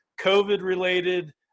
COVID-related